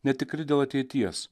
netikri dėl ateities